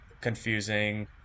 confusing